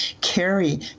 carry